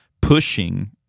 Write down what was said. pushing